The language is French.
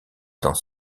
dans